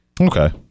Okay